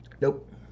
Nope